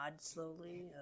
slowly